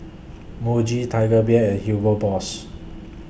Muji Tiger Beer and Hugo Boss